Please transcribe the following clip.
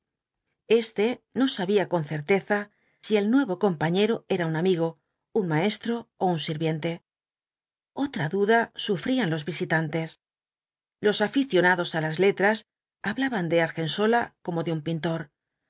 este no sabía con certeza si el nuevo compañero era un amigo un maestro ó un sirviente otra duda sufrían los visitantes los aficionados á las letras hablaban de argensola como de un pintor